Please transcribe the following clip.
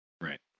Right